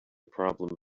problem